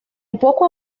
poco